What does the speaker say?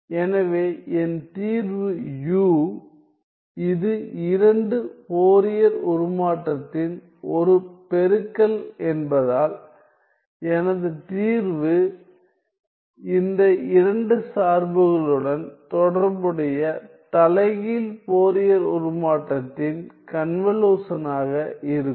எனவே என் தீர்வு u இது இரண்டு ஃபோரியர் உருமாற்றத்தின் ஒரு பெருக்கல் என்பதால் எனது தீர்வு இந்த இரண்டு சார்புகளுடன் தொடர்புடைய தலைகீழ் ஃபோரியர் உருமாற்றத்தின் கன்வலுஷனாக இருக்கும்